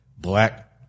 black